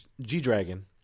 G-Dragon